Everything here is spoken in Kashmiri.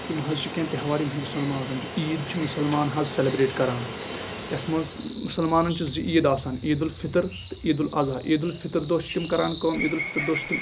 یِم حظ چھِ کیٚنٛہہ تہوار یِم ہِنٛدُستانَس منٛز آسان چھِ عیٖد چھِ مُسلمان حظ سیٚلبریٹ کران یَتھ منٛز مُسلمانن چھِ زٕ عیٖدٕ آسان عیٖد الفِطر تہٕ عیٖد الاضحیٰ عیٖد الفِطر دۄہ چھِ تِم کران کٲم عیٖد الفِطر دۄہ چھِ تِم